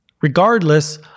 regardless